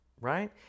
right